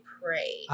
pray